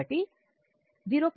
కాబట్టి 0